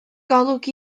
golwg